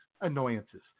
annoyances